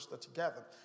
together